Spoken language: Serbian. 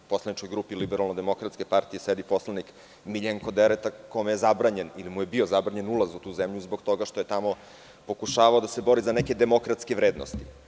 U poslaničkoj grupi LDP sedi poslanik Miljenko Dereta kome je zabranjen ili mu je bio zabranjen ulaz u tu zemlju zbog toga što je tamo pokušavao da se bori za neke demokratske vrednosti.